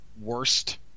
Worst